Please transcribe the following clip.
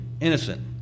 innocent